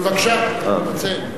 אבל אשמח לשמוע.